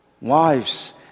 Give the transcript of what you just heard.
Wives